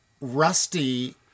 Rusty